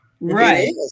Right